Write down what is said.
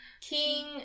King